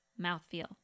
mouthfeel